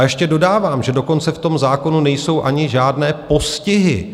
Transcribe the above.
Ještě dodávám, že dokonce v tom zákonu nejsou ani žádné postihy.